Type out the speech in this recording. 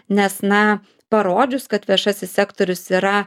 nes na parodžius kad viešasis sektorius yra